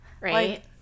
Right